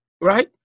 right